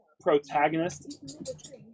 Protagonist